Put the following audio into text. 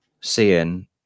seeing